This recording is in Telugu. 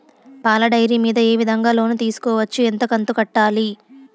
పాల డైరీ మీద ఏ విధంగా లోను తీసుకోవచ్చు? ఎంత కంతు కట్టాలి?